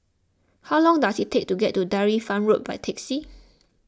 how long does it take to get to Dairy Farm Road by taxi